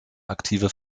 aktive